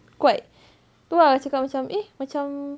quite tu ah cakap macam eh macam